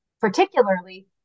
particularly